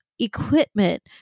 Equipment